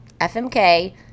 fmk